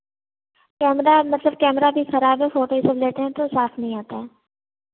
camera मतलब camera भी खराब है फोटो जब लेते हैं तो साफ नहीं आता है